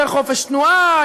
יותר חופש תנועה?